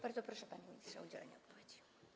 Bardzo proszę, panie ministrze, o udzielenie odpowiedzi.